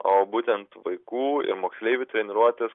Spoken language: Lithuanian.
o būtent vaikų ir moksleivių treniruotės